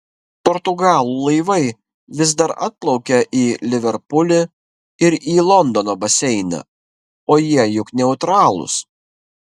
portugalų laivai vis dar atplaukia į liverpulį ir į londono baseiną o jie juk neutralūs